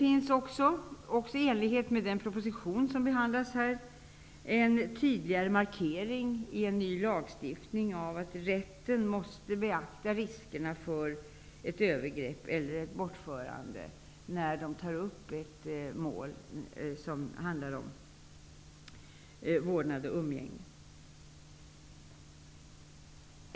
I enlighet med den proposition som behandlas i betänkandet finns det också genom en ny lagstiftning en tydligare markering av att rätten måste beakta riskerna för övergrepp eller bortförande, när den tar upp mål om vårdnad och umgänge.